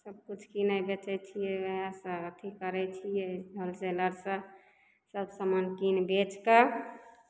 सभकिछु कीनै बेचै छियै उएहसँ अथि करै छियै होल सेलरसँ सभ सामान कीन बेचि कऽ